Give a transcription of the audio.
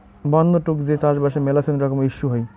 বন্য তুক যে চাষবাসে মেলাছেন রকমের ইস্যু হই